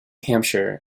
hampshire